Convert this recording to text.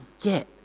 get